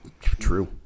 True